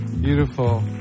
Beautiful